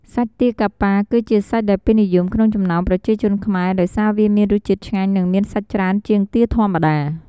សាច់ទាកាប៉ា គឺជាសាច់ដែលពេញនិយមក្នុងចំណោមប្រជាជនខ្មែរ ដោយសារវាមានរសជាតិឆ្ងាញ់ និងមានសាច់ច្រើនជាងទាធម្មតា។